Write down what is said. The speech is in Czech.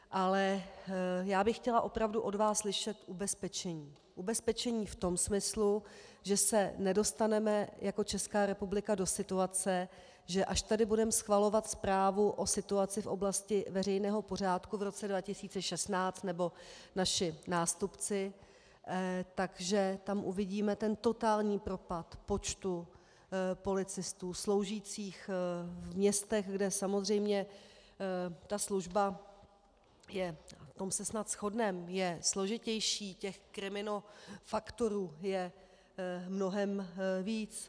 Ale já bych chtěla opravdu od vás slyšet ubezpečení, ubezpečení v tom smyslu, že se nedostaneme jako Česká republika do situace, že až tady budeme schvalovat zprávu o situaci v oblasti veřejného pořádku v roce 2016, nebo naši nástupci, tak že tam uvidíme ten totální propad počtu policistů sloužících v městech, kde samozřejmě ta služba je, v tom se snad shodneme, složitější, těch kriminofaktorů je mnohem víc.